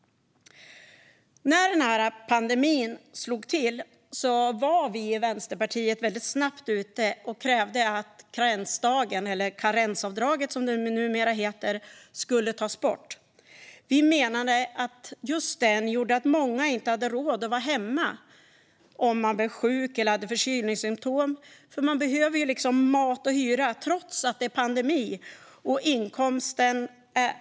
När pandemin slog till var vi i Vänsterpartiet väldigt snabbt ute och krävde att karensdagen - eller karensavdraget, som det numera heter - skulle tas bort. Vi menade att just karensdagen gjorde att många inte hade råd att vara hemma om de blev sjuka eller hade förkylningssymtom, för man behöver mat och hyra även om det är pandemi.